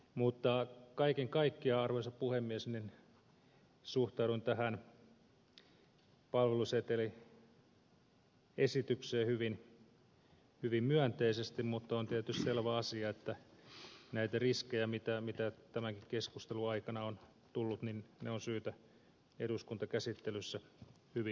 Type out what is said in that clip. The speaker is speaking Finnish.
mutta kaiken kaikkiaan arvoisa puhemies suhtaudun tähän palveluseteliesitykseen hyvin myönteisesti mutta on tietysti selvä asia että näitä riskejä mitä tämänkin keskustelun aikana on tullut esille on syytä eduskuntakäsittelyssä hyvin arvioida